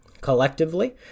collectively